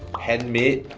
handmade,